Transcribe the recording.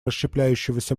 расщепляющегося